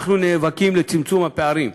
אנחנו נאבקים לצמצום הפערים.